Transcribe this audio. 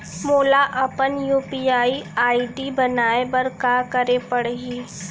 मोला अपन UPI ID बनाए बर का करे पड़ही?